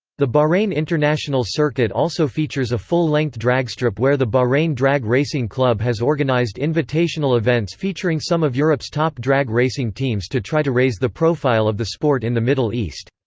the bahrain international circuit also features a full-length dragstrip where the bahrain drag racing club has organised invitational events featuring some of europe's top drag racing teams to try to raise the profile of the sport in the middle east.